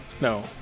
No